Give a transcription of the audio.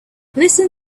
listen